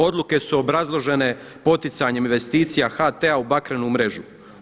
Odluke su obrazložene poticanjem investicija HT-a u bakrenu mrežu.